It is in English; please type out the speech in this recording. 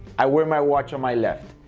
i wear my watch on my left.